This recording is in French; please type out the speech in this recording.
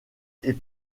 est